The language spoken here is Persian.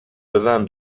بزن